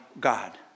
God